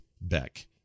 Beck